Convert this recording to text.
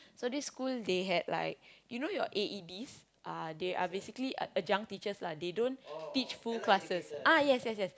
so this school they had like you know your A_E_Ds uh they are basically adjunct teachers lah they don't teach full classes ah yes yes yes